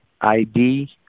ID